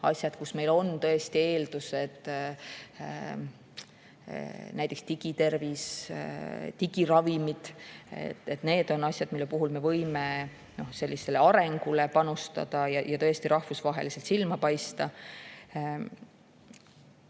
asjad, kus meil on tõesti selleks eeldused – näiteks digitervis, digiravimid –, need, mille puhul me võime sellisele arengule panustada ja tõesti rahvusvaheliselt silma paista. Nii